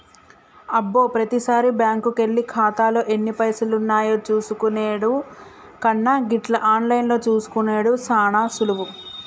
అబ్బో ప్రతిసారి బ్యాంకుకెళ్లి ఖాతాలో ఎన్ని పైసలున్నాయో చూసుకునెడు కన్నా గిట్ల ఆన్లైన్లో చూసుకునెడు సాన సులువు